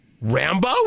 Rambo